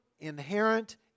Inherent